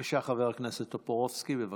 חבר הכנסת טופורובסקי, בבקשה.